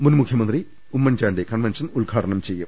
മുൻ മുഖ്യമന്ത്രി ഉമ്മൻചാണ്ടി കൺവെൻഷൻ ഉദ്ഘാടനം ചെയ്യും